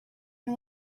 and